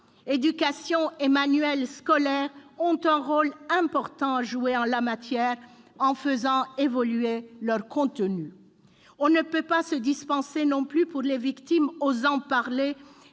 Éducation et manuels scolaires ont un rôle important à jouer en la matière en faisant évoluer leur contenu. On ne peut pas se dispenser non plus, pour les victimes osant parler,